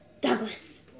Douglas